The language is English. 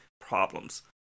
problems